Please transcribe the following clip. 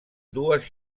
dues